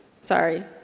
Sorry